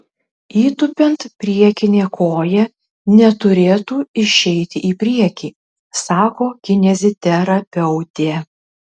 įtūpiant priekinė koja neturėtų išeiti į priekį sako kineziterapeutė